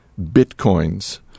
bitcoins